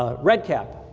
ah red cap.